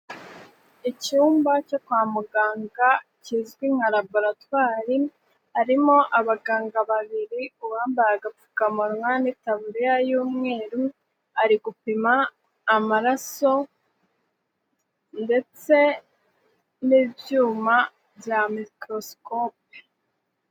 Icyumba cyo kwa muganga kizwi nka laboratwari harimo abaganga babiri, uwambaye agapfukamunwa n'itaburiya y'umweru ari gupima amaraso ndetse n'ibyuma bya microscope.